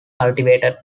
cultivated